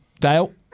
Dale